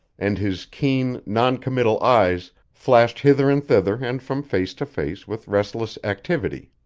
and his keen, noncommittal eyes flashed hither and thither and from face to face with restless activity.